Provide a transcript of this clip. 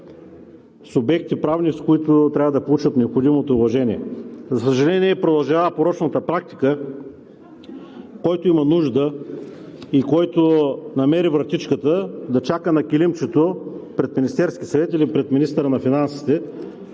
субекти, които трябва да получат необходимото уважение. За съжаление, продължава порочната практика, който има нужда и който намери вратичка, да чака на килимчето пред Министерския съвет или пред министъра на финансите